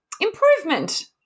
improvement